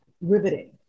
riveting